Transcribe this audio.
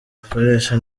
akoresha